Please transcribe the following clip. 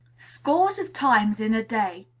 scores of times in a day,